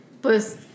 pues